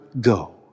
go